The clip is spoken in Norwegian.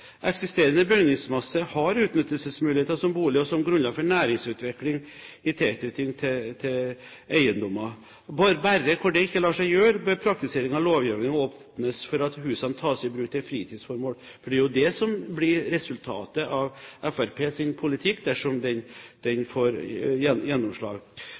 Eksisterende bygningsmasse har utnyttelsesmuligheter som bolig og grunnlag for næringsutvikling i tilknytning til eiendommer. Bare der hvor det ikke lar seg gjøre, bør praktiseringen av lovgivningen åpne for at husene tas i bruk som fritidsformål. Det er jo det som blir resultatet av Fremskrittspartiets politikk, dersom den får gjennomslag.